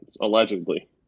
Allegedly